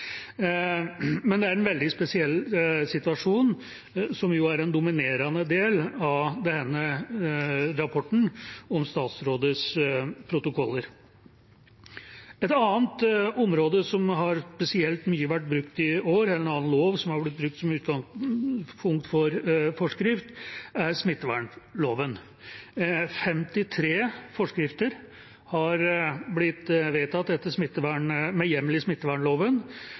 Men det er en veldig spesiell situasjon, som jo er en dominerende del av denne rapporten om statsrådets protokoller. Et annet område som har vært brukt spesielt mye i år, en annen lov som har blitt brukt som utgangspunkt for forskrift, er smittevernloven. Det er vedtatt 53 forskrifter med hjemmel i smittevernloven,